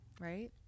right